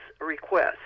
request